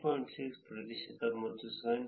6 ಪ್ರತಿಶತ ಮತ್ತು 7